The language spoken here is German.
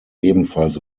ebenfalls